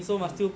mm